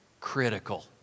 critical